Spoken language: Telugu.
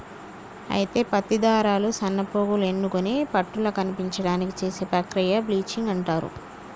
అయితే పత్తి దారాలు సన్నపోగులు ఎన్నుకొని పట్టుల కనిపించడానికి చేసే ప్రక్రియ బ్లీచింగ్ అంటారు